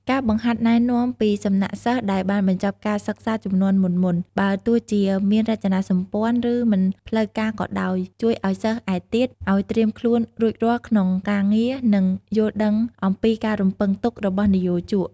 ការបង្ហាត់ណែនាំពីសំណាក់សិស្សដែលបានបញ្ចប់ការសិក្សាជំនាន់មុនៗ បើទោះជាមានរចនាសម្ព័ន្ធឬមិនផ្លូវការក៏ដោយ ជួយឲ្យសិស្សឯទៀតឱ្យត្រៀមខ្លួនរួចរាល់ក្នុងការងារ និងយល់ដឹងអំពីការរំពឹងទុករបស់និយោជក។